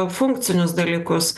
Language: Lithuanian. funkcinius dalykus